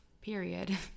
period